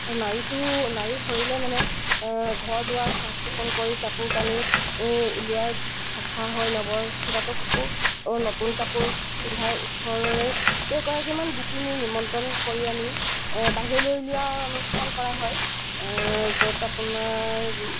সেই নাড়ীটো নাড়ী সৰিলে মানে ঘৰ দুৱাৰ চাফ চিকুণ কৰি কাপোৰ কানি উলিয়াই চফা হয় নৱজাতককো নতুন কাপোৰ পিন্ধাই ওচৰৰে কেইগৰাকীমান গোপিনী নিমন্ত্ৰণ কৰি আনি বাহিৰলৈ উলিওৱা অনুষ্ঠান কৰা হয় য'ত আপোনাৰ